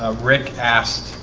ah rick asked